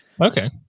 Okay